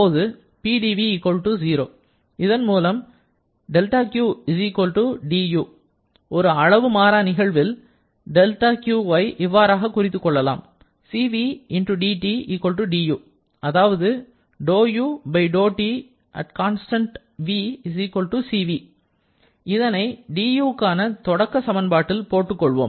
அப்பொழுது Pdv 0 இதன் மூலம் δq du ஒரு அளவு மாறா நிகழ்வில் δq ஐ இவ்வாறு குறித்துக் கொள்ளலாம் CvdT du அதாவது இதனை du க்கான தொடக்க சமன்பாட்டில் போட்டுக் கொள்வோம்